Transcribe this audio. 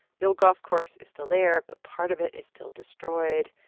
the old golf course is still there, but part of it is still destroyed.